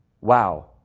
wow